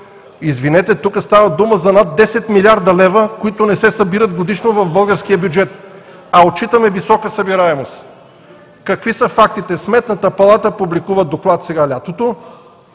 Извинете, но тук става дума за над 10 млрд. лв., които не се събират годишно в българския бюджет, а отчитаме висока събираемост! Какви са фактите? Сметната палата сега през лятото